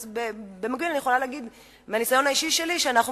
אני יכולה להגיד מהניסיון האישי שלי שאנחנו,